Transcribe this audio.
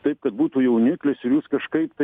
taip kad būtų jauniklis ir jūs kažkaip tai